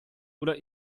oder